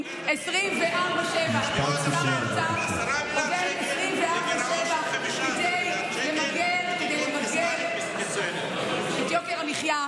מ-10 מיליארד שקל לגירעון של 15 מיליארד שקל זה מדיניות פיסקלית מצוינת.